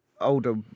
older